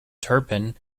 turpin